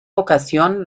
ocasión